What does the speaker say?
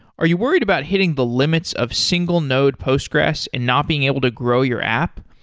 are you worried about hitting the limits of single node postgressql and not being able to grow your app,